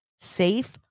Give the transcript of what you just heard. Safe